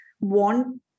want